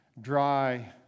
dry